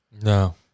No